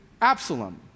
Absalom